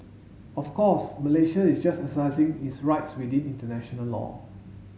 of course Malaysia is just exercising its rights within international law